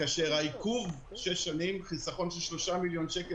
כאשר העיכוב של שש שנים חיסכון של שלושה מיליון שקל